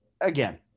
again